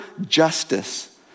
justice